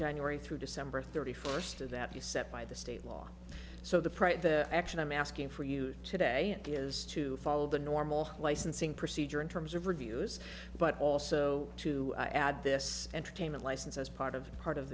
january through december thirty first to that he set by the state law so the price of the action i'm asking for you today is to follow the normal licensing procedure in terms of reviews but also to add this entertainment license as part of a part of